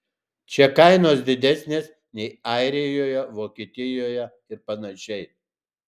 čia kainos didesnės nei airijoje vokietijoje ir panašiai